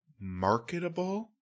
marketable